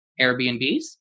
Airbnbs